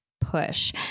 push